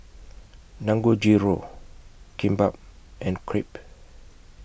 Dangojiru Kimbap and Crepe